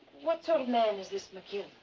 what sort of man is this mcquown?